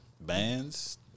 Bands